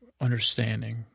understanding